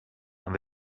and